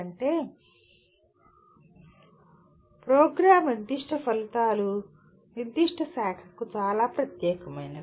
అంటే ప్రోగ్రామ్ నిర్దిష్ట ఫలితాలు నిర్దిష్ట శాఖకు చాలా ప్రత్యేకమైనవి